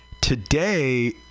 today